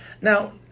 Now